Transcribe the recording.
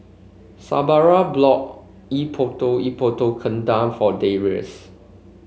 Sabra bought Epok Epok Kentang for Darrius